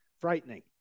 frightening